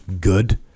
good